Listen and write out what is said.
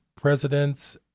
presidents